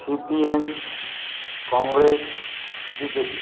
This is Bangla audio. CPM Congress BJP